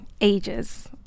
ages